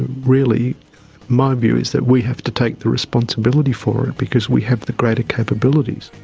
really my view is that we have to take the responsibility for it because we have the greater capabilities.